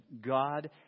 God